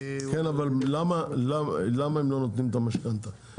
כן, אבל למה הם לא נותנים את המשכנתא?